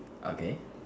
okay